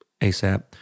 ASAP